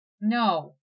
No